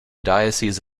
diocese